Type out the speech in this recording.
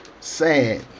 Sad